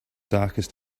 darkest